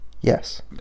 Yes